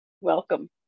Welcome